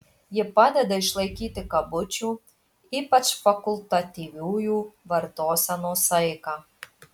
ji ir padeda išlaikyti kabučių ypač fakultatyviųjų vartosenos saiką